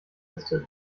ist